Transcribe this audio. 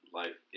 life